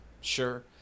Sure